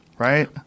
Right